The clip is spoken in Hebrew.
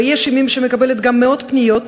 ויש ימים שאני מקבלת גם מאות פניות,